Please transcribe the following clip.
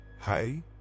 hey